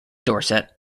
dorset